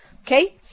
okay